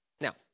Now